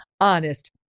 honest